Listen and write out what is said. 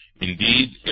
Indeed